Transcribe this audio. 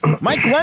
Mike